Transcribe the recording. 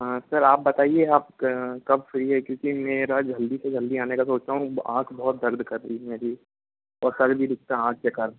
हाँ सर आप बताइए आप कब फ्री है क्योंकि मेरा जल्दी से जल्दी आने का सोच रहा हूँ आँख बहुत दर्द कर रही है मेरी और सिर भी दुखता है आँख के कारण